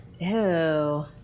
Ew